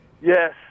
Yes